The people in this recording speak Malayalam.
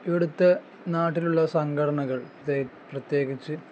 ഇവിടുത്തെ നാട്ടിലുള്ള സംഘടനകൾ ഈ പ്രത്യേകിച്ച്